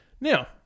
Now